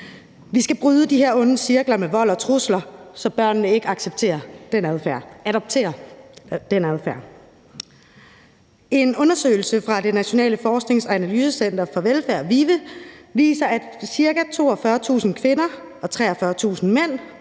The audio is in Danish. Vi skal bryde de her onde cirkler af vold og trusler, så børnene ikke adopterer den adfærd. En undersøgelse fra Det Nationale Forsknings- og Analysecenter for Velfærd, VIVE, viser, at ca. 42.000 kvinder og 43.000 mænd